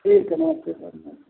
ठीक है नमस्ते सर नमस्ते